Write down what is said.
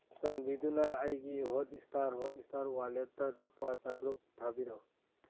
ꯆꯥꯟꯕꯤꯗꯨꯅ ꯑꯩꯒꯤ Hotstar Hotstar ꯋꯥꯂꯦꯠꯇ ꯂꯨꯄꯥ ꯆꯥꯇ꯭ꯔꯨꯛ ꯊꯥꯕꯤꯔꯛꯎ